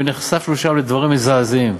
ונחשפנו שם לדברים מזעזעים,